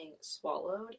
swallowed